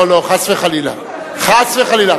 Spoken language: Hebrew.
לא, לא, חס וחלילה, חס וחלילה.